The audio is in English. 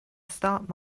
start